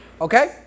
Okay